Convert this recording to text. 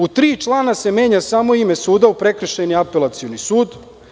U tri člana se menja samo ime suda - u prekršajni apelacioni sud.